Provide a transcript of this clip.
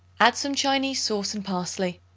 add some chinese sauce and parsley.